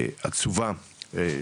עצובה,